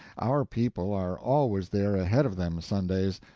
our people are always there ahead of them sundays,